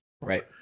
Right